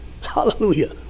Hallelujah